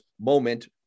moment